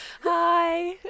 Hi